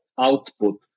output